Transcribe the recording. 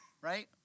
right